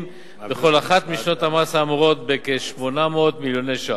בכל אחת משנות המס האמורות בכ-800 מיליוני שקלים.